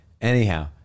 Anyhow